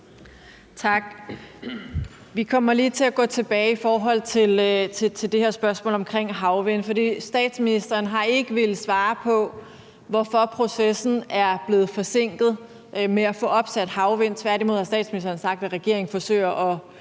Tak. Vi kommer lige til at gå tilbage i forhold til det her spørgsmål omkring havvind, for statsministeren har ikke villet svare på, hvorfor processen med at få opsat havvindmøller er blevet forsinket. Tværtimod har statsministeren sagt, at regeringen vil forsøge at